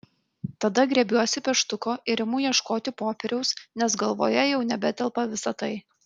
tada griebiuosi pieštuko ir imu ieškoti popieriaus nes galvoje jau nebetelpa visa tai